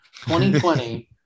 2020